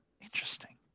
interesting